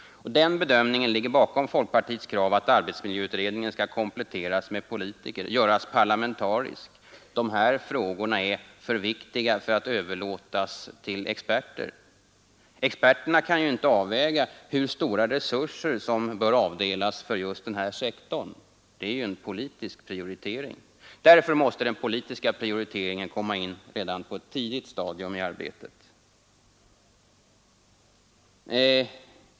Den bedömningen ligger bakom folkpartiets krav att arbetsmiljöutredningen skall kompletteras med politiker, göras parlamentarisk. De här frågorna är för viktiga för att överlåtas till experter. Experterna kan ju inte avväga hur stora resurser som bör avdelas för just den här sektorn — det är en politisk prioritering. Därför måste den politiska prioriteringen komma in redan på ett tidigt stadium i arbetet.